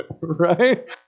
Right